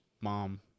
mom